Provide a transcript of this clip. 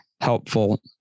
helpful